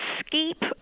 escape